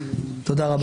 תודה רבה.